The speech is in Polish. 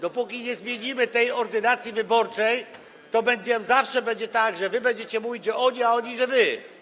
Dopóki nie zmienimy tej Ordynacji wyborczej, to zawsze będzie tak, że wy będziecie mówić, że oni, a oni - że wy.